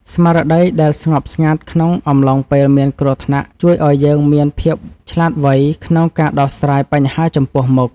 ស្មារតីដែលស្ងប់ស្ងាត់ក្នុងអំឡុងពេលមានគ្រោះថ្នាក់ជួយឱ្យយើងមានភាពឆ្លាតវៃក្នុងការដោះស្រាយបញ្ហាចំពោះមុខ។